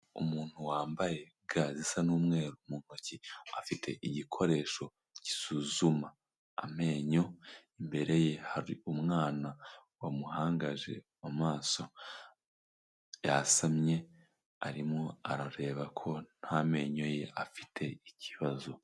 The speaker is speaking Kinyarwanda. Umuntu wambaye ga zisa n'umweru mu ntoki, afite igikoresho gisuzuma amenyo, imbere ye hari umwana wamuhangaje amaso yasamye, arimo arareba ko nta menyo ye afite ikibazo.